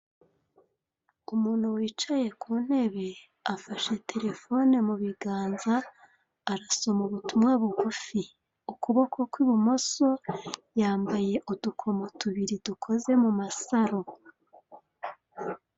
Umuntu wicaye ku ntebe, afashe telefone mu biganza, arasoma ubutumwa bugufi, ku kuboko kw'ibumoso, yambaye udukomo tubiri dukoze mu masaro.